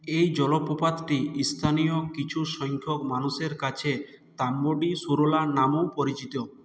এই জলপ্রপাতটি ইস্থানীয় কিছু সংখ্যক মানুষের কাছে তাম্বডি সুরলা নামেও পরিচিত